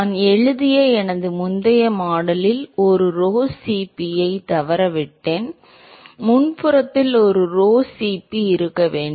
நான் எழுதிய எனது முந்தைய மாடலில் ஒரு Rho Cp ஐ தவறவிட்டேன் முன்புறத்தில் ஒரு rho Cp இருக்க வேண்டும்